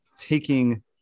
Taking